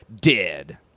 dead